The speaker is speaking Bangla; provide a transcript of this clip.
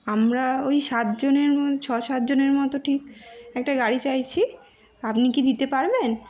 আমরা ওই সাত জনের ম ছ সাতজনের মতো ঠিক একটা গাড়ি চাইছি আপনি কি দিতে পারবেন